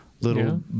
little